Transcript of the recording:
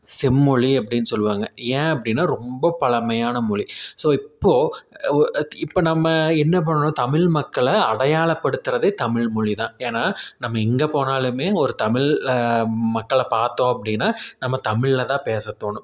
செம்மொழி அப்படின்னு சொல்வாங்க ஏன் அப்படின்னா ரொம்ப பழமையான மொழி ஸோ இப்போது இப்போ நம்ம என்ன பண்ணணும் தமிழ் மக்களை அடையாளப்படுத்துகிறதே தமிழ் மொழி தான் ஏன்னா நம்ம எங்கே போனாலுமே ஒரு தமிழ் மக்களை பார்த்தோம் அப்படின்னா நம்ம தமிழில் தான் பேசத் தோணும்